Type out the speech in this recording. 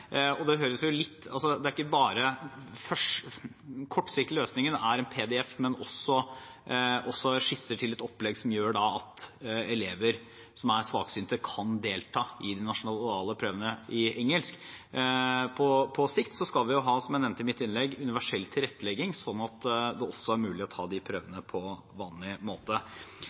løsningen er en PDF, men også skisser til et opplegg som gjør at elever som er svaksynte, kan delta i de nasjonale prøvene i engelsk. På sikt skal vi jo ha, som jeg nevnte i mitt innlegg, universell tilrettelegging, slik at det også er mulig å ta de prøvene på vanlig måte.